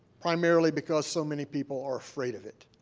primarily because so many people are afraid of it.